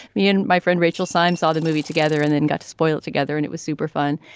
me and my friend rachel syme saw the movie together and then got spoilt together. and it was super fun.